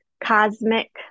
cosmic